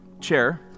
chair